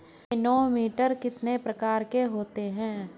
Manometer कितने प्रकार के होते हैं?